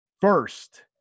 first